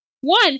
One